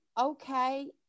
okay